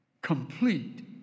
complete